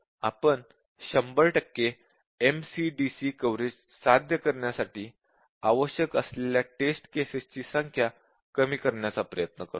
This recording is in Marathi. आपण 100 टक्के MCDC कव्हरेज साध्य करण्यासाठी आवश्यक असलेल्या टेस्ट केसेस ची संख्या कमी करण्याचा प्रयत्न करतो